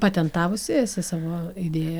patentavusi eisi savo idėją